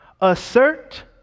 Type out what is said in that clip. assert